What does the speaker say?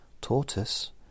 Tortoise